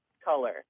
color